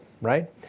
right